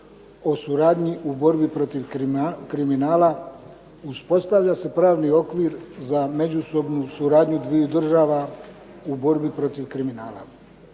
o suradnji u borbi protiv kriminala uspostavlja se pravni okvir za međusobnu suradnju dviju država u borbi protiv kriminala.